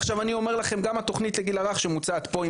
עכשיו אני אומר לכם גם התוכנית לגיל הרך שמוצעת פה,